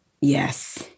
Yes